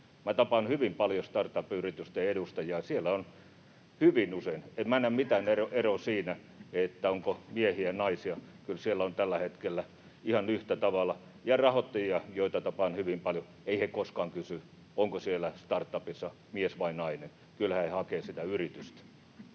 Minä tapaan hyvin paljon startup-yritysten edustajia, ja siellä on hyvin usein naisia. En minä näe mitään eroa siinä, onko miehiä vai naisia. Kyllä siellä on tällä hetkellä naisia ihan yhtä lailla. Ja rahoittajia tapaan hyvin paljon — eivät he koskaan kysy, onko siellä startupissa mies vai nainen, kyllä he hakevat sitä yritystä.